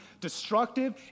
destructive